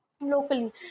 locally